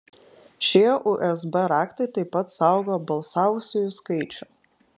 šie usb raktai taip pat saugo balsavusiųjų skaičių